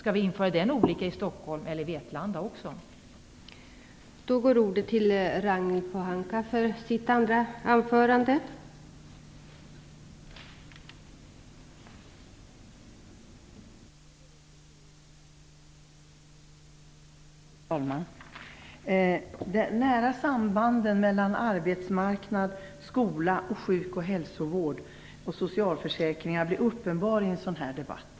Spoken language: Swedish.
Skall dessa bidrag också vara olika i t.ex. Stockholm och Vetlanda?